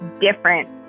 different